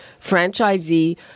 franchisee